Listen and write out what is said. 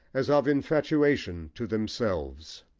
as of infatuation to themselves.